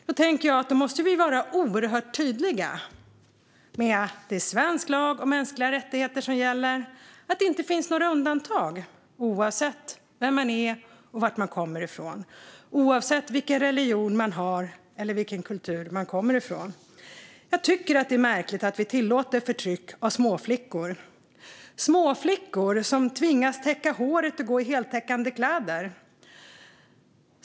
Då tänker jag att vi måste vara oerhört tydliga med att svensk lag och mänskliga rättigheter gäller alla, att det inte finns några undantag oavsett vem man är och var man kommer ifrån, oavsett vilken religion man har eller vilken kultur man kommer ifrån. Det är märkligt att vi tillåter förtryck av småflickor som tvingas täcka håret och gå i heltäckande kläder.